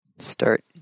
Start